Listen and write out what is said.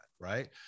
right